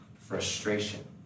frustration